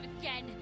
again